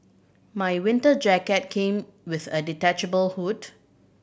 my winter jacket came with a detachable hood